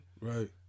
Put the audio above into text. Right